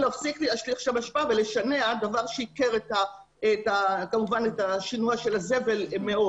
להפסיק להשליך שם אשפה ולשנע דבר שייקר מאוד את השינוע של הזבל.